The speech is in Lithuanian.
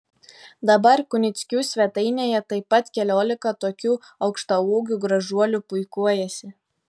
dabar kunickių svetainėje taip pat keliolika tokių aukštaūgių gražuolių puikuojasi